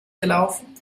gelaufen